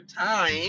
time